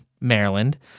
maryland